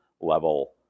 level